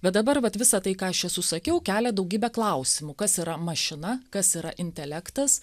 bet dabar vat visa tai ką aš čia susakiau kelia daugybę klausimų kas yra mašina kas yra intelektas